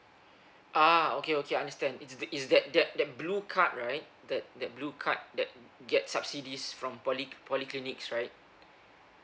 ah okay okay I understand it's the it's that that that blue card right that that blue card that get subsidies from poly~ polyclinics right